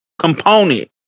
component